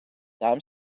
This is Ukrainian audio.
там